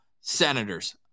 Senators